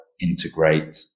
integrate